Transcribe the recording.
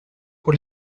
pour